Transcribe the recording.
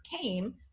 came